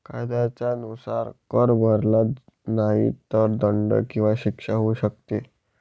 कायद्याच्या नुसार, कर भरला नाही तर दंड किंवा शिक्षा होऊ शकते